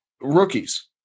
rookies